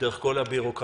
דרך כל הבירוקרטיה.